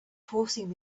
forcing